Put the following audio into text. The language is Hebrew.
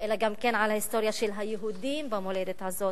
אלא גם על ההיסטוריה של היהודים במולדת הזאת.